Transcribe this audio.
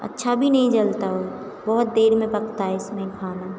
अच्छा भी नहीं जलता और बहुत देर में पकता है इसमें खाना